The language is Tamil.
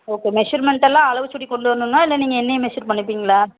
ஓகே மெஷர்மெண்ட்லாம் அளவு சுடி கொண்டு வரணுங்களா இல்லை நீங்கள் என்னையே மெஷர் பண்ணிப்பீங்களா